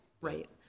Right